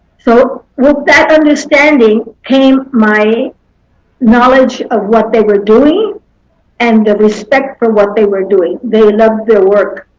so with that understanding came my knowledge of what they were doing and the respect for what they were doing. they loved their work.